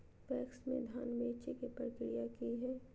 PACS में धाम बेचे के प्रक्रिया की हय?